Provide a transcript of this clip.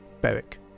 Beric